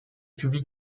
publie